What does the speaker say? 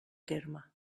terme